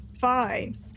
Fine